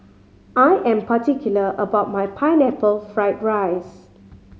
I am particular about my Pineapple Fried rice